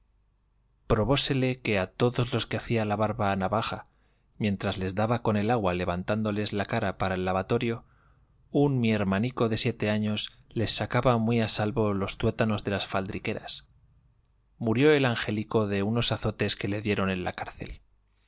oros probósele que a todos los que hacía la barba a navaja mientras les daba con el agua levantándoles la cara para el lavatorio un mi hermanico de siete años les sacaba muy a su salvo los tuétanos de las faldriqueras murió el angelico de unos azotes que le dieron en la cárcel